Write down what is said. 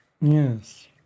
Yes